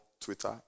twitter